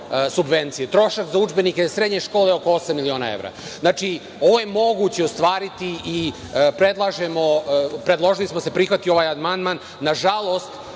Trošak za udžbenike srednjih škola oko osam miliona evra. Znači, ovo je moguće ostvariti. Predložili smo da se prihvati ovaj amandman. Nažalost,